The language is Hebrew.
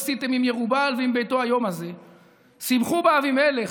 "עשיתם עם ירבעל ועם ביתו היום הזה שמחו באבימלך